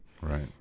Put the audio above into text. right